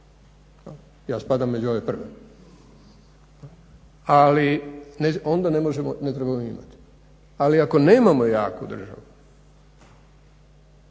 Ja spadam među ove prve. Ali onda ne možemo, ne trebamo imati. Ali ako nemamo jaku državu,